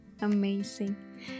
Amazing